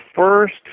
first